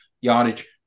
yardage